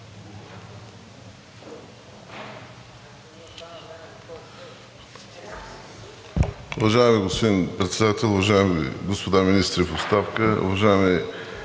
Уважаеми господин Председател, уважаеми господа министри в оставка, уважаеми